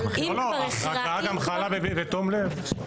לא, לא, החרגה גם חלה בתום לב.